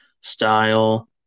style